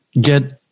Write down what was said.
get